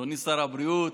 אדוני שר הבריאות,